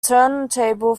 turntable